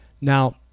Now